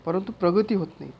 परंतु प्रगती होत नाही